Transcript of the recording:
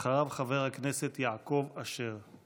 אחריו, חבר הכנסת יעקב אשר.